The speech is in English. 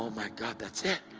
my god that's it!